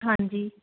ਹਾਂਜੀ